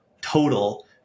total